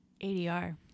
ADR